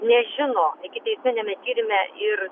nežino ikiteisminiame tyrime ir